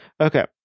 Okay